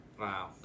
Wow